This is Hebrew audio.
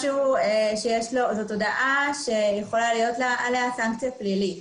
זאת הודעה שיכולה להיות עליה סנקציה פלילית.